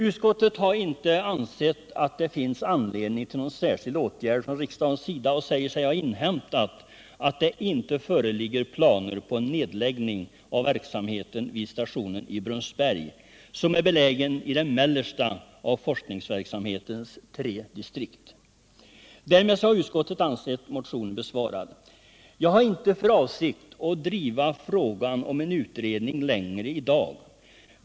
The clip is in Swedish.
Utskottet har inte ansett att det finns anledning till någon särskild åtgärd från riksdagens sida och säger sig ha inhämtat att det inte föreligger planer på nedläggning av verksamheten vid stationen i Brunsberg, som är belägen i det mellersta av forskningsverksamhetens tre distrikt. Därmed anser utskottet motionen besvarad. Jag har inte för avsikt att driva frågan om en utredning längre i dag.